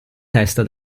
testa